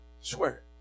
Swear